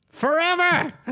forever